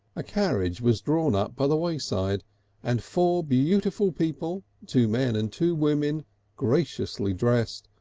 a carriage was drawn up by the wayside and four beautiful people, two men and two women graciously dressed,